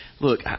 Look